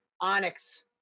onyx